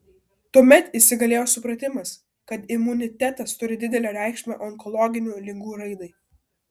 tuomet įsigalėjo supratimas kad imunitetas turi didelę reikšmę onkologinių ligų raidai